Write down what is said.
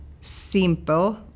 simple